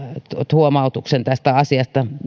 huomautuksen tästä asiasta